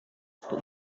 but